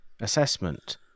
assessment